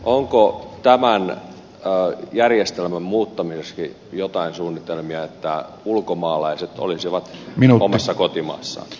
onko tämän järjestelmän muuttamiseksi jotain suunnitelmia että ulkomaalaiset olisivat omassa kotimaassaan